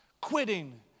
quitting